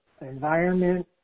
environment